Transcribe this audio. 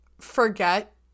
forget